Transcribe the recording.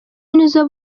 nizo